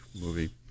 movie